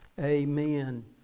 amen